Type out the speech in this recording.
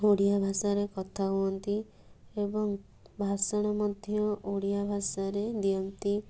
ଓଡ଼ିଆଭାଷାରେ କଥା ହୁଅନ୍ତି ଏବଂ ଭାଷଣ ମଧ୍ୟ ଓଡ଼ିଆଭାଷାରେ ଦିଅନ୍ତି